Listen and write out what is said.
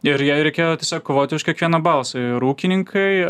ir jai reikėjo tiesiog kovoti už kiekvieną balsą ir ūkininkai